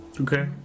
okay